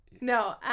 no